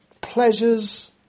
pleasures